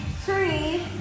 three